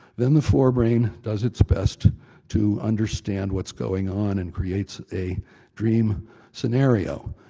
then the fore-brain does its best to understand what's going on and creates a dream scenario,